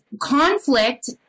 conflict